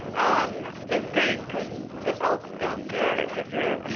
um it's great because the elk don't care if you're a